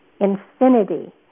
infinity